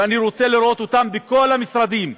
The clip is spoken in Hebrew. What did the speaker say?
ואני רוצה לראות אותם בכל המשרדים,